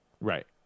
Right